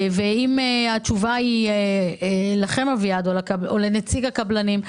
וגם לכם, אביעד, או את נציג הקבלנים: